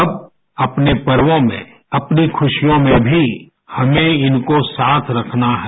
अब अपने पर्वो में अपनी खुशियों में भी हमें इनको साथ रखना है